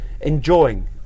enjoying